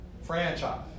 franchise